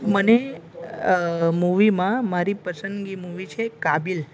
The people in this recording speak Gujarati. મને મુવીમાં મારી પસંદની મુવી છે કાબિલ